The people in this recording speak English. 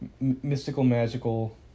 Mystical-magical